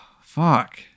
fuck